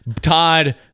Todd